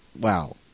wow